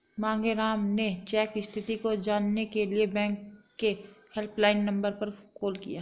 मांगेराम ने चेक स्थिति को जानने के लिए बैंक के हेल्पलाइन नंबर पर कॉल किया